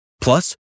Plus